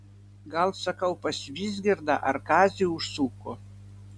gal sakau pas vizgirdą ar kazį užsuko